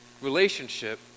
relationship